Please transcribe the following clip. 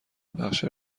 بخش